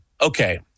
okay